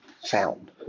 sound